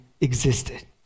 existed